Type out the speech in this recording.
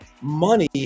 money